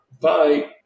Bye